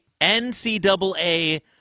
NCAA